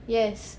yes